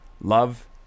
Love